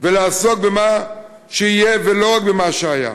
ולעסוק במה שיהיה, ולא רק במה שהיה.